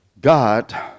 God